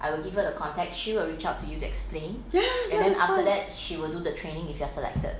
ya ya it's fine